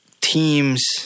teams